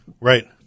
Right